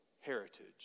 heritage